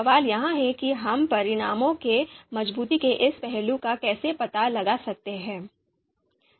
सवाल यह है कि हम परिणामों की मजबूती के इस पहलू का कैसे पता लगा सकते हैं